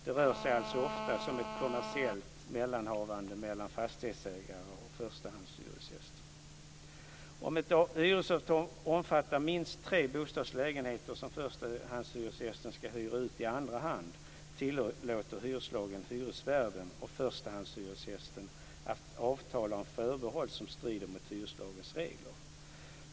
Det rör sig alltså oftast om ett kommersiellt mellanhavande mellan fastighetsägaren och förstahandshyresgästen. Om ett hyresavtal omfattar minst tre bostadslägenheter som förstahandshyresgästen ska hyra ut i andra hand tillåter hyreslagen hyresvärden och förstahandshyresgästen att avtala om förbehåll som strider mot hyreslagens regler.